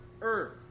earth